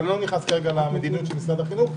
אבל אני לא נכנס כרגע למדיניות של משרד החינוך.